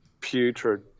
putrid